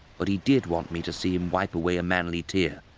but he did want me to see him wipe away a manly tear,